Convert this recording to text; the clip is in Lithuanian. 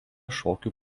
šokių